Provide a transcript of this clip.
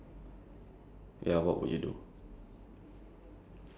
if humans no longer needed to work to survive